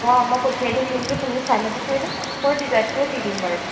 অঁ মই পঠিয়াই দিম লিংকতো তুমি চাই ল'ব পাৰিব মই কাপোৰ ডিজাইনবোৰ দি দিম বাৰু